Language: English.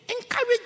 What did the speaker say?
Encourage